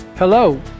Hello